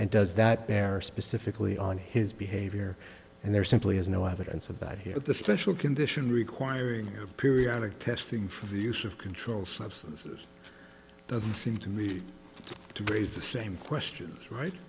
and does that bear specifically on his behavior and there simply is no evidence of that here at the special condition requiring periodic testing for the use of controlled substances doesn't seem to me to raise the same question right